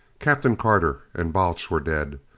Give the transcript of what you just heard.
captain carter and balch were dead.